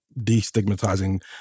destigmatizing